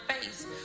face